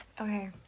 Okay